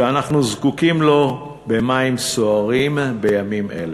שאנחנו זקוקים לו במים סוערים בימים אלה.